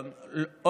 אבל פיראטיות.